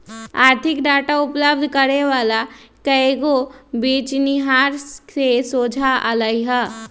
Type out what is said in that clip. आर्थिक डाटा उपलब्ध करे वला कएगो बेचनिहार से सोझा अलई ह